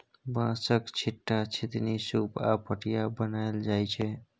बाँसक, छीट्टा, छितनी, सुप आ पटिया बनाएल जाइ छै